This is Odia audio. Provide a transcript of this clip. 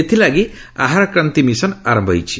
ଏଥିଲାଗି ଆହର କ୍ରାନ୍ତୀ ମିଶନ ଆରମ୍ଭ ହୋଇଛି